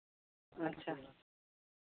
ᱟᱪᱪᱷᱟ